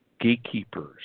gatekeepers